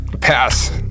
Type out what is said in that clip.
Pass